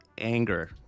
anger